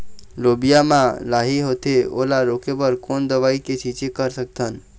लोबिया मा लाही होथे ओला रोके बर कोन दवई के छीचें कर सकथन?